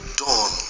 dawn